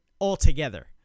altogether